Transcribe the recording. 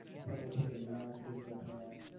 some will take a non-traditional path.